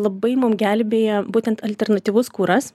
labai mum gelbėja būtent alternatyvus kuras